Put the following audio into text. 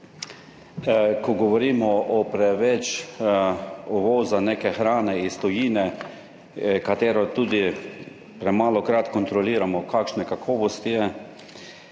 ko govorimo o preveč uvoza neke hrane iz tujine, katero tudi premalokrat kontroliramo, kakšne kakovosti je.